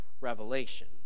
revelation